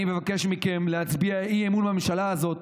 אני מבקש מכם להצביע אי-אמון בממשלה הזאת,